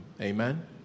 Amen